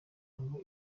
ngo